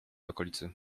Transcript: okolicy